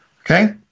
Okay